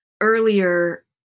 earlier